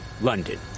London